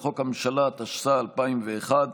לחוק הממשלה, התשס"א 2001,